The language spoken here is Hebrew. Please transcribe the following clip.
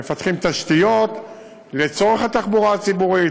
מפתחים תשתיות לצורך התחבורה הציבורית,